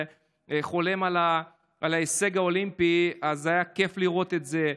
חולם על ההישג האולימפי אז היה כיף לראות את זה,